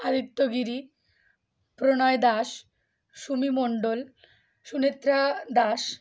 Aditya Giri Pranay Das Sumi Mondal Sunetra Das